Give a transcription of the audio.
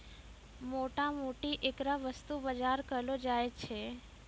मोटा मोटी ऐकरा वस्तु बाजार कहलो जाय छै